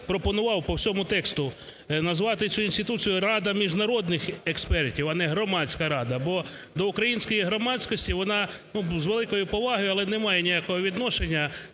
пропонував по всьому тексту назвати цю інституцію "Рада міжнародних експертів", а не "Громадська рада". Бо до української громадськості вона, з великої поваги, але не має ніякого відношення,